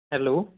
hello